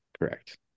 Correct